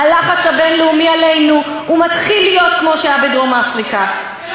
הלחץ הבין-לאומי עלינו מתחיל להיות כמו שהיה בדרום-אפריקה זה לא,